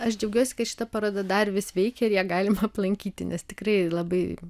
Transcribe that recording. aš džiaugiuosi kad šita paroda dar vis veikia ir ją galime aplankyti nes tikrai labai